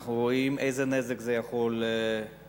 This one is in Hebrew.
אנחנו רואים איזה נזק זה יכול לגרום.